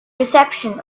reception